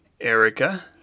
Erica